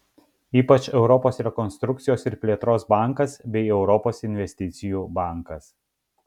ypač europos rekonstrukcijos ir plėtros bankas bei europos investicijų bankas